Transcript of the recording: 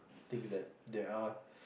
think that there are